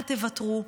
אל תוותרו,